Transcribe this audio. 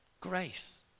grace